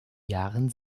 jahren